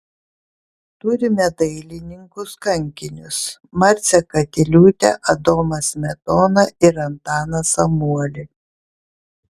turime dailininkus kankinius marcę katiliūtę adomą smetoną ir antaną samuolį